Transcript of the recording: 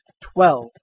Twelve